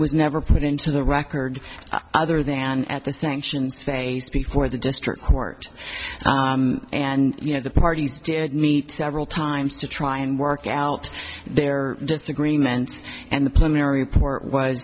was never put into the record other than at the sanctions phase before the district court and you know the parties did meet several times to try and work out their disagreements and the plumbing report was